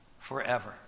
forever